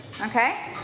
Okay